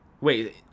Wait